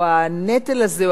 או הנטל הזה,